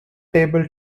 table